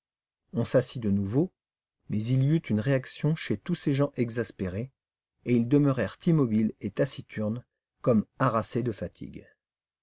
on s'assit de nouveau mais il y eut une réaction chez tous ces gens exaspérés et ils demeurèrent immobiles et taciturnes comme harassés de fatigue